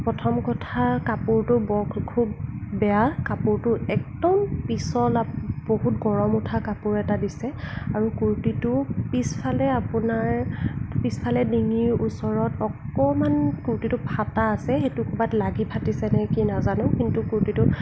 প্ৰথম কথা কাপোৰটো বৰ খুব বেয়া কাপোৰটো একদম পিছল বহুত গৰম উঠা কাপোৰ এটা দিছে আৰু কুৰ্তীটোৰ পিছফালে আপোনাৰ পিছফালে ডিঙিৰ ওচৰত অকণমান কুৰ্তীটো ফটা আছে সেইটো ক'ৰবাত লাগি ফাটিছে নে কি নাজানোঁ কিন্তু কুৰ্তীটো